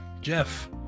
Jeff